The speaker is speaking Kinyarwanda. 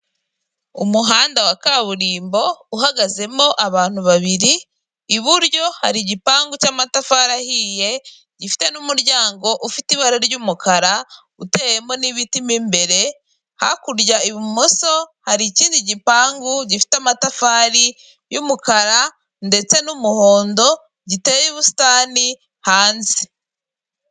Umuhanda wa kaburimbo uhagazemo abantu babiri, iburyo hari igipangu cy'amatafari ahiye, gifite n'umuryango ufite ibara ry'umukara uteyemo n'ibiti mo imbere, hakurya ibumoso hari ikindi gipangu gifite amatafari y'umukara ndetse n'umuhondo giteye ubusitani hanze.